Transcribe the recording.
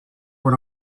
were